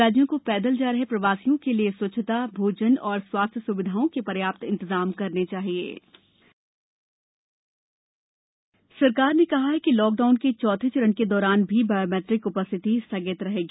राज्यों को पैदल जा रहे प्रवासियों के लिए स्वच्छता भोजन और स्वास्थ्य स्विधाओं के पर्याप्त इंतजाम करने चाहिए सरकार बायोमेट्रिक सरकार ने कहा है कि लॉकडाउन के चौथे चरण के दौरान भी बायोमेट्रिक उपस्थिति स्थगित रहेगी